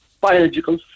biological